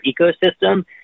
ecosystem